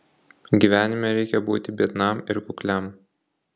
gyvenime reikia būti biednam ir kukliam